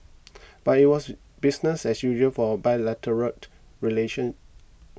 but it was business as usual for bilateral relations